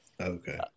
Okay